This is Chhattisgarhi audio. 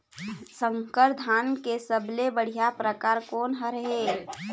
संकर धान के सबले बढ़िया परकार कोन हर ये?